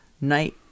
night